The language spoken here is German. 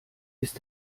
ist